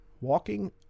walking